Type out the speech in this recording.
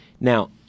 Now